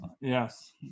yes